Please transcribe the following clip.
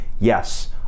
Yes